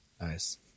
Nice